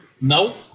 Nope